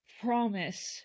promise